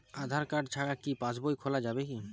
আধার card ছাড়া কি পাসবই খোলা যাবে কি?